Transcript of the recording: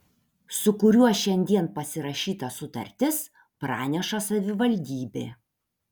su kuriuo šiandien pasirašyta sutartis praneša savivaldybė